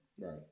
right